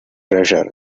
treasure